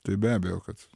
tai be abejo kad